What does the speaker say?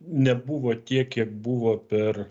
nebuvo tiek kiek buvo per